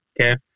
Okay